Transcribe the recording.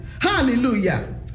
Hallelujah